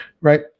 Right